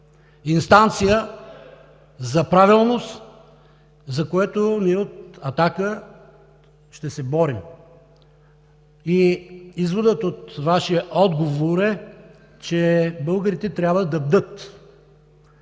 инстанция за правилност, за което ние от „Атака“ ще се борим. Изводът от Вашия отговор е, че българите трябва да бдят.